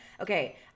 Okay